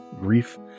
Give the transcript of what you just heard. grief